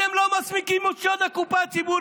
אתם לא מסמיקים מול שוד הקופה הציבורית.